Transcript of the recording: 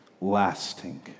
lasting